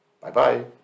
Bye-bye